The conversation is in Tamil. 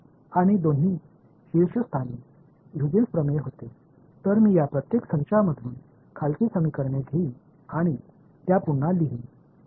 எனவே நான் இந்த ஒவ்வொரு தொகுப்பிலிருந்தும் கீழ் சமன்பாட்டை எடுத்து அவற்றை மீண்டும் எழுதப் போகிறேன்